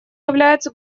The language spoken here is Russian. является